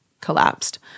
collapsed